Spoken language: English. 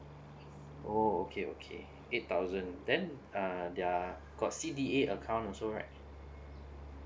oh okay okay eight thousand then uh they are got C_D account also right